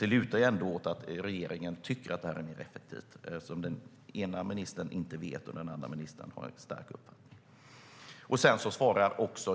Men det lutar ändå åt att regeringen tycker att det är mer effektivt, eftersom den ena ministern inte vet och den andra ministern har en stark uppfattning. Jämställdhetsministern svarar också -